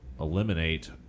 eliminate